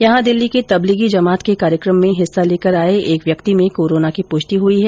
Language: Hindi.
यहां दिल्ली के तबलीगी जमात के कार्यक्रम में हिस्सा लेकर आये एक व्यक्ति में कोरोना की पुष्टि हुई है